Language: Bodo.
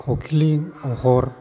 कक्लिं अहर